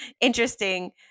interesting